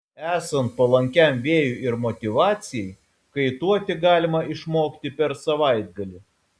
esant palankiam vėjui ir motyvacijai kaituoti galima išmokti per savaitgalį